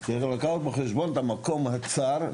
זה שצריך לקחת בחשבון את המקום הצר,